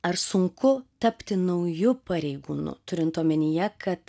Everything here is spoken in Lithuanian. ar sunku tapti nauju pareigūnu turint omenyje kad